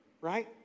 right